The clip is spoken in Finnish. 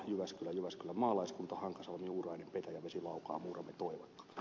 jyväskylä jyväskylän maalaiskunta hankasalmi uurainen petäjävesi laukaa muurame toivakka